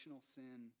sin